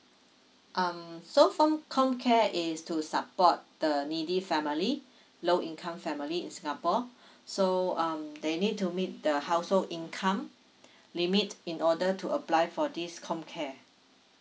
um so form com care is to support the needy family low income family in singapore so um they need to meet the household income limit in order to apply for this com care